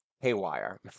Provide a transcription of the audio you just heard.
haywire